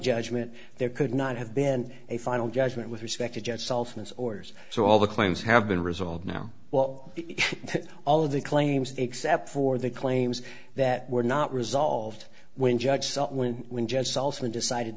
judgment there could not have been a final judgment with respect to judge selfness orders so all the claims have been resolved now well all of the claims except for the claims that were not resolved when judge when when jan salsman decided